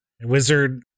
wizard